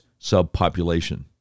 subpopulation